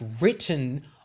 written